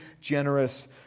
generous